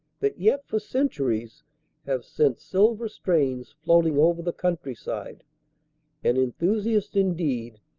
that yet for centuries have sent silver strains float ing over the countryside an enthusiast indeed,